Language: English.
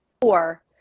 four